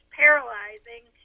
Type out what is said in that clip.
paralyzing